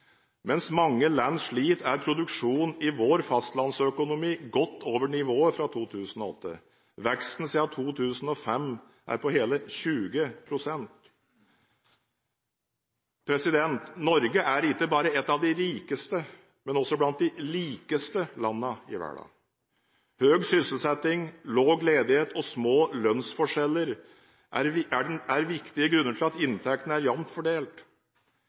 Mens mange land sliter, er produksjonen i vår fastlandsøkonomi godt over nivået i 2008. Veksten siden 2005 er på hele 20 pst. Norge er ikke bare et av de rikeste, men også blant de likeste landene i verden. Høy sysselsetting, lav ledighet og små lønnsforskjeller er viktige grunner til at inntektene er jevnt fordelt.